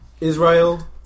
Israel